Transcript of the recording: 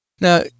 Now